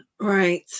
Right